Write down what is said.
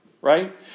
right